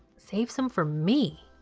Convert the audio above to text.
save some for me!